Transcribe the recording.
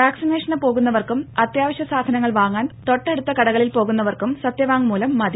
വാക്സിനേഷന് പോകുന്നവർക്കും അത്യാവശ്യ സാധനങ്ങൾ വാങ്ങാൻ തൊട്ടടുത്തെ കടകളിൽ പോകുന്നവർക്കും സത്യവാങ്മൂലം മതി